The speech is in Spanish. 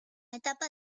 etapa